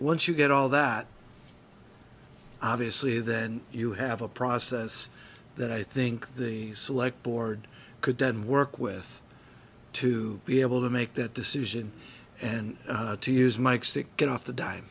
once you get all that obviously then you have a process that i think the select board could then work with to be able to make that decision and to use mike's to get off the di